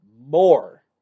more